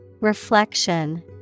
Reflection